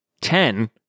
ten